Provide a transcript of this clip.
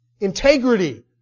Integrity